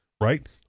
right